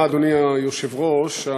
אדוני היושב-ראש,